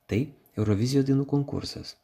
tai eurovizijos dainų konkursas